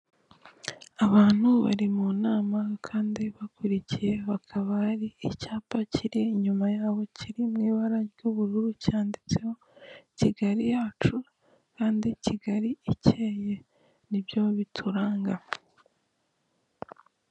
Abantu bari mu inama kandi bakurikiye, bakaba hari icyapa kiri inyuma ya bo kiri mu ibara ry'ubururu cyanditseho Kigali yacu kandi Kigali icyeye, nibyo bituranga.